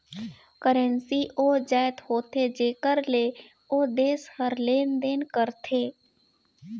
currency ओ जाएत होथे जेकर ले ओ देस हर लेन देन करथे